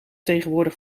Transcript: tegenwoordig